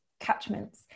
catchments